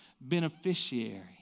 beneficiary